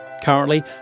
Currently